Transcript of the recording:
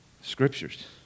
Scriptures